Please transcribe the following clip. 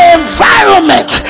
environment